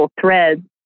threads